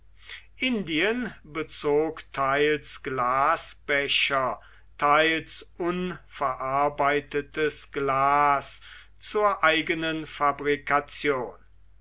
indien bezog teils glasbecher teils unverarbeitetes glas zur eigenen fabrikation